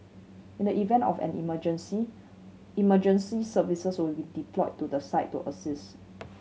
in the event of an emergency emergency services will be deployed to the site to assist